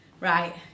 right